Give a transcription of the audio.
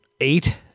Eight